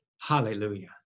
Hallelujah